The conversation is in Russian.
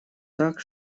так